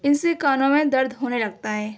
ان سے کانوں میں درد ہونے لگتا ہے